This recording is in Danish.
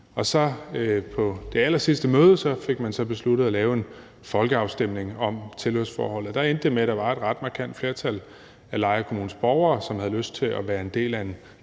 På det allersidste møde fik man så besluttet at lave en folkeafstemning om tilhørsforholdet. Der endte det med, at der var et ret markant flertal af Lejre Kommunes borgere, som havde lyst til fortsat at være en del af en